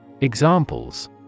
Examples